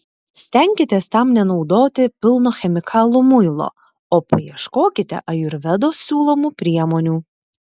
stenkitės tam nenaudoti pilno chemikalų muilo o paieškokite ajurvedos siūlomų priemonių